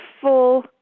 full